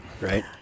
Right